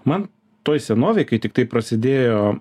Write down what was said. man toj senovėj kai tiktai prasidėjo